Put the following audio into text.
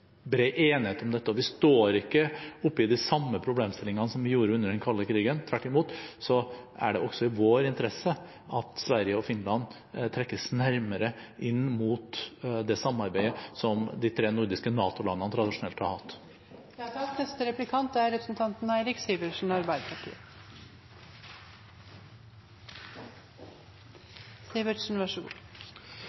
bred enighet om dette, og vi står ikke oppe i de samme problemstillingene som vi gjorde under den kalde krigen. Tvert imot er det også i vår interesse at Sverige og Finland trekkes nærmere inn mot det samarbeidet som de tre nordiske NATO-landene tradisjonelt har hatt.